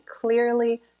clearly